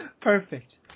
perfect